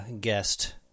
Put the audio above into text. guest